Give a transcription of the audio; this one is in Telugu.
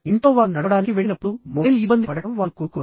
ఇంట్లో వారు నడవడానికి వెళ్ళినప్పుడు మొబైల్ ఇబ్బంది పడటం వారు కోరుకోరు